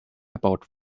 erbaut